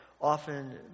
often